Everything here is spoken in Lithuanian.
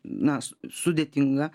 na sudėtinga